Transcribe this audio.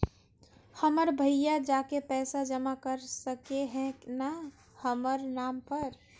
हमर भैया जाके पैसा जमा कर सके है न हमर नाम पर?